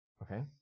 Okay